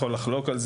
בשל היותו יהודי.